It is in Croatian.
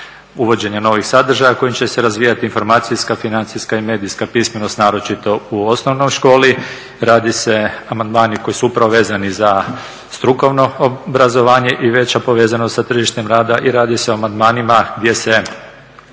uvođenja novih sadržaja kojim će se razvijati informacijska, financijska i medijska pismenost naročito u osnovnoj školi. Radi se, amandmani koji su upravo vezani za strukovno obrazovanje i veća povezanost sa tržištem rada i radi se o amandmanima gdje se